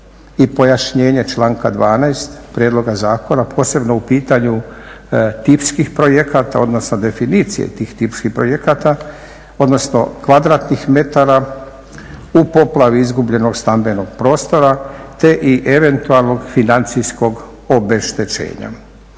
i pojašnjenje članka 12. prijedloga zakona, posebno u pitanju tipskih projekata, odnosno definicije tih tipskih projekata, odnosno kvadratnih metara u poplavi izgubljenog stambenog prostora te i eventualnog financijskog obeštećenja.